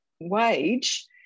wage